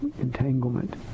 entanglement